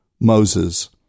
Moses